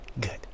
Good